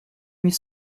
huit